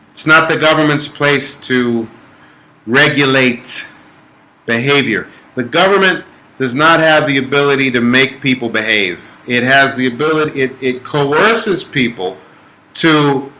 it's not the government's place to regulate behavior the government does not have the ability to make people behave it has the ability it it coerces people to